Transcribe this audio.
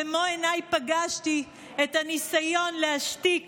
במו עיניי פגשתי את הניסיון להשתיק